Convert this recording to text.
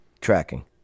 tracking